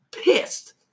pissed